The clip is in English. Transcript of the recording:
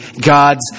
God's